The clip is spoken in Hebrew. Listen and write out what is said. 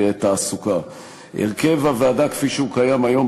אתה מפריע ליושב-ראש להקשיב לי.